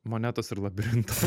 monetos ir labirintas